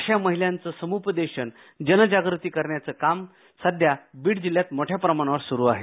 अश्या महिलाचं समूपदेशन जनजागृती करण्याचं काम सद्या बीड जिल्ह्यात मोठ्या प्रमाणावर सूरू आहे